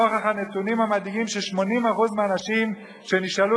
נוכח הנתונים המדאיגים ש-80% מהנשים שנשאלו